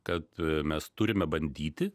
kad mes turime bandyti